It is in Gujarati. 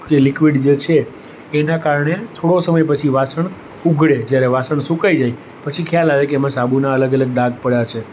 કે લિક્વિડ જે છે એનાં કારણે થોડો સમય પછી વાસણ ઊઘડે જ્યારે વાસણ સુકાઈ જાય પછી ખ્યાલ આવે કે એમાં સાબુના અલગ અલગ ડાઘ પડ્યા છે